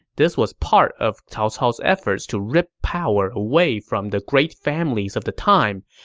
this was part of cao cao's efforts to rip power away from the great families of the time,